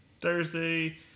Thursday